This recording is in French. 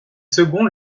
seconds